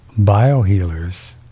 biohealers